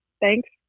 Thanks